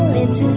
it's